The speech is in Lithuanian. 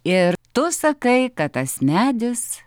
ir tu sakai kad tas medis